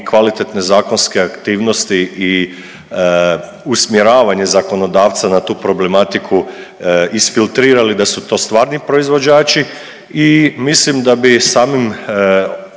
kvalitetne zakonske aktivnosti i usmjeravanje zakonodavca na tu problematiku isfiltrirali da to stvarni proizvođači i mislim da bi samim